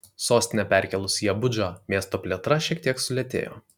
sostinę perkėlus į abudžą miesto plėtra šiek tiek sulėtėjo